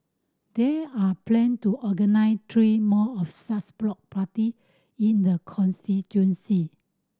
there are plan to organise three more of such block party in the constituency